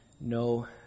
No